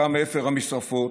שקם מאפר המשרפות,